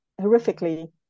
horrifically